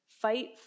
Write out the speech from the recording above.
fight